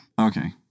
Okay